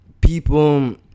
people